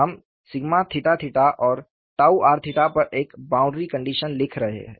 हम और r पर एक बाउंड्री कंडीशन लिख रहे हैं